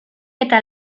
eta